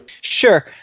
Sure